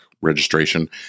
registration